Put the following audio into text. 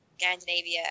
Scandinavia